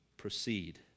proceed